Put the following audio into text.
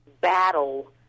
battle